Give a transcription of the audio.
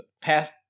past